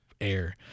air